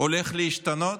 הולך להשתנות?